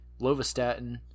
lovastatin